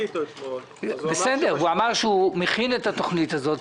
הוא אמר שהוא מכין את התכנית הזאת.